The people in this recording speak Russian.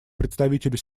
представителю